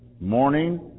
morning